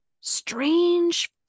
strange